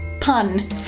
pun